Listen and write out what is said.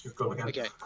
Okay